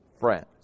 friends